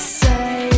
say